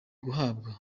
guhanwa